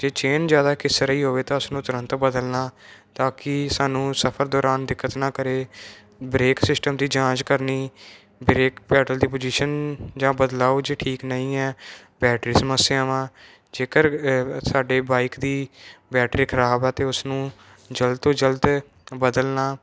ਜੇ ਚੇਨ ਜ਼ਿਆਦਾ ਘਿਸ ਰਹੀ ਹੋਵੇ ਤਾਂ ਉਸਨੂੰ ਤੁਰੰਤ ਬਦਲਣਾ ਤਾਂ ਕਿ ਸਾਨੂੰ ਸਫਰ ਦੌਰਾਨ ਦਿੱਕਤ ਨਾ ਕਰੇ ਬ੍ਰੇਕ ਸਿਸਟਮ ਦੀ ਜਾਂਚ ਕਰਨੀ ਬ੍ਰੇਕ ਪੈਟਰਲ ਦੀ ਪੁਜ਼ੀਸ਼ਨ ਜਾਂ ਬਦਲਾਓ ਜੇ ਠੀਕ ਨਹੀਂ ਹੈ ਬੈਟਰੀ ਸਮੱਸਿਆਵਾਂ ਜੇਕਰ ਸਾਡੇ ਬਾਈਕ ਦੀ ਬੈਟਰੀ ਖਰਾਬ ਆ ਅਤੇ ਉਸ ਨੂੰ ਜਲਦ ਤੋਂ ਜਲਦ ਬਦਲਣਾ